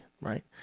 right